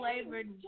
flavored